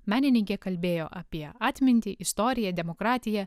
menininkė kalbėjo apie atmintį istoriją demokratiją